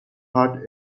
heart